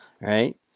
right